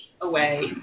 away